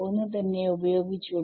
ഒന്ന് തന്നെ ഉപയോഗിച്ചൂടെ